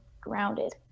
grounded